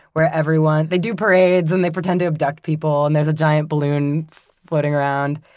where everyone, they do parades, and they pretend to abduct people, and there's a giant balloon floating around.